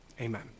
Amen